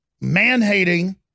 man-hating